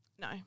No